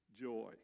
Joy